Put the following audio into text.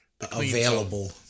available